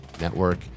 network